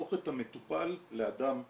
להפוך את המטופל לאדם יצרן,